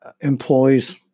employees